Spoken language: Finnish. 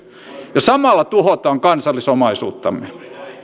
ja samalla tuhotaan kansallisomaisuuttamme